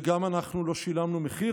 וגם אנחנו לא שילמנו מחיר.